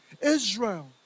Israel